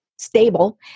stable